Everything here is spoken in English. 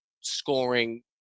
scoring